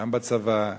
גם בצבא,